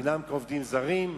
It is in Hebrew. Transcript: דינם כעובדים זרים?